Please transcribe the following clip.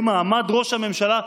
במעמד ראש הממשלה,